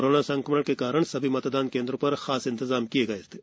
corona संक्रमण के कारण सभी मतदान केंद्रों पर खास इंतजाम किए गए थे